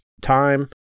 time